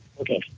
Okay